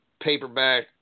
paperback